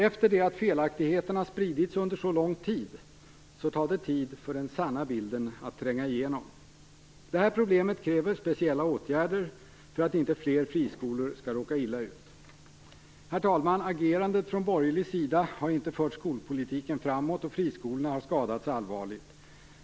Efter det att felaktigheterna spritts under så lång tid, tar det tid för den sanna bilden att tränga igenom. Det här problemet kräver speciella åtgärder för att inte fler friskolor skall råka illa ut. Herr talman! Agerandet från borgerlig sida har inte fört skolpolitiken framåt, och friskolorna har skadats allvarligt.